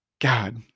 god